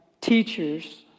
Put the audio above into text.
teachers